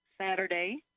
Saturday